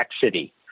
City